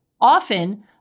Often